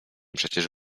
przecież